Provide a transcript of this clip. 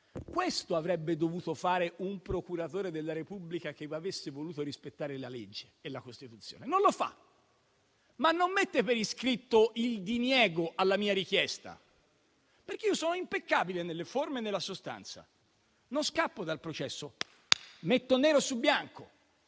Questo avrebbe dovuto fare un procuratore della Repubblica che avesse voluto rispettare la legge e la Costituzione, ma non lo fa e non mette per iscritto il diniego alla mia richiesta (perché io sono impeccabile nelle forme e nella sostanza, non scappo dal processo, metto tutto nero su bianco).